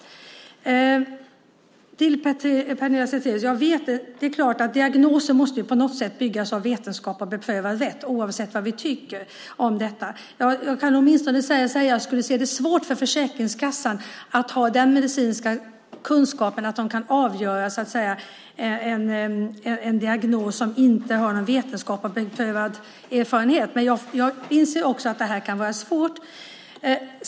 Till Pernilla Zethraeus: Det är klart att diagnoser måste bygga på vetenskap och beprövad rätt, oavsett vad vi tycker om detta. Jag kan åtminstone säga att jag ser att det skulle vara svårt för Försäkringskassan att ha den medicinska kunskapen att de kan avgöra en diagnos som inte bygger på vetenskap och beprövad erfarenhet. Jag inser också att det här kan vara svårt.